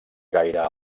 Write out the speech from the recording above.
gaire